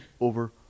over